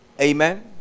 amen